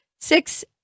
six